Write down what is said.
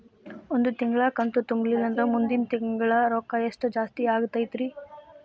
ಒಂದು ತಿಂಗಳಾ ಕಂತು ತುಂಬಲಿಲ್ಲಂದ್ರ ಮುಂದಿನ ತಿಂಗಳಾ ಎಷ್ಟ ರೊಕ್ಕ ಜಾಸ್ತಿ ಆಗತೈತ್ರಿ?